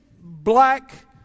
black